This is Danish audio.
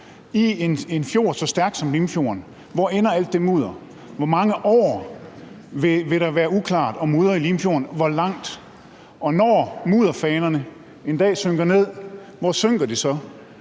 i en fjord med så stærk strøm som Limfjorden? Hvor mange år vil der være uklart og mudret i Limfjorden? Hvor længe? Og når mudderet en dag synker ned, hvor synker det så